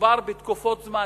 מדובר בתקופות זמן,